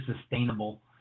sustainable